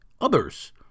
others